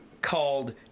called